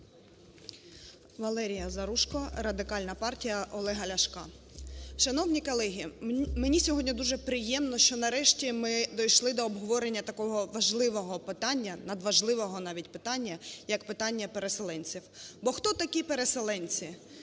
Валерія Заружко, Радикальна партія Олега Ляшка. Шановні колеги, мені сьогодні дуже приємно, що нарешті ми дійшли до обговорення такого важливого питання, надважливого навіть питання, як питання переселенців. Бо хто такі переселенці?